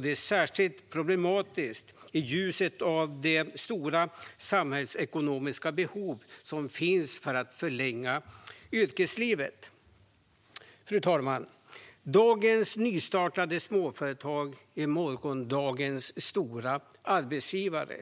Det är särskilt problematiskt i ljuset av det stora samhällsekonomiska behov som finns av att förlänga yrkeslivet. Fru talman! Dagens nystartade småföretag är morgondagens stora arbetsgivare.